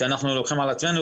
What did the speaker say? שאנחנו לוקחים על עצמנו,